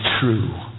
true